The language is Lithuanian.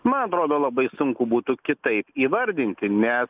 man atrodo labai sunku būtų kitaip įvardinti nes